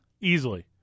Easily